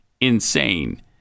insane